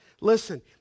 Listen